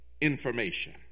information